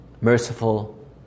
merciful